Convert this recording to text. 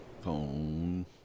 phone